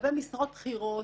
לגבי משרות בכירות,